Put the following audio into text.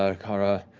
ah kara,